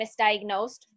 misdiagnosed